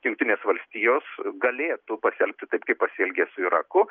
jungtinės valstijos galėtų pasielgti taip kaip pasielgė su iraku